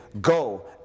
go